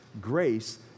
grace